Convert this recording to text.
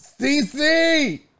cc